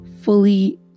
fully